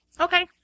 Okay